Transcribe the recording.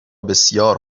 بسیار